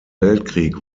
weltkrieg